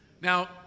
Now